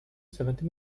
seventy